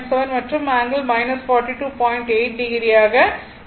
8o ஆக கிடைக்கிறது